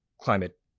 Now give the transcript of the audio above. climate